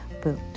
boot